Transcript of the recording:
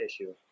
issue